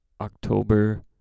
October